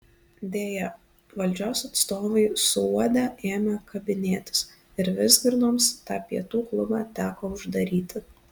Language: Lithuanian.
deja valdžios atstovai suuodę ėmė kabinėtis ir vizgirdoms tą pietų klubą teko uždaryti